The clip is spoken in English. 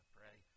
pray